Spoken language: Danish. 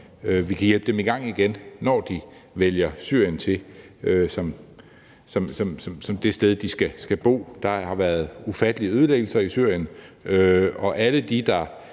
vi kan hjælpe dem i gang igen, når de vælger Syrien til som det sted, hvor de skal bo. Der har været ufattelige ødelæggelser i Syrien, og alle dem, der